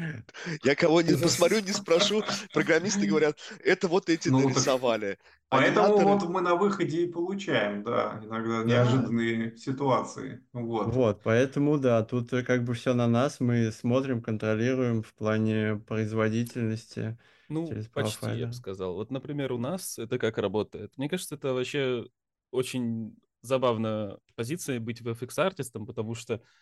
Я кого не посмотрю, не спрошу, программисты говорят, «Это вот эти Ну, так нарисовали». поэтому Аниматоры- вот мы на выходе и получаем, да, иногда Да. неожиданные ситуации. Вот. Вот, поэтому да, тут как бы всё на нас, мы смотрим, контролируем в плане производительности Ну, через почти, Power я бы Finder. сказал. Вот, например, у нас это как работает? Мне кажется, это вообще очень забавная позиция быть VFX артистом, потому что